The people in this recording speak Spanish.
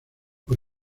por